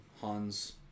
Hans